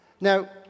Now